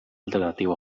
alternativa